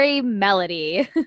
melody